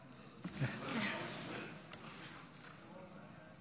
לרשותך שלוש